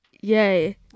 Yay